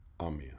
Amen